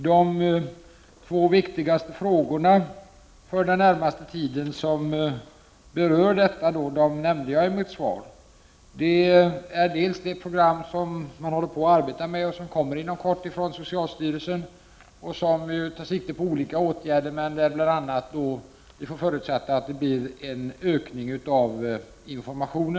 De två viktigaste frågorna för den närmaste tiden i detta sammanhang nämnde jag i mitt svar. För det första gäller det det program som man just nu arbetar med och som inom kort kommer att presenteras av socialstyrelsen. I det arbetet tar man sikte på olika åtgärder. Vi får förutsätta att det blir mera information.